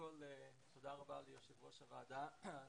תודה רבה ליושב ראש הוועדה על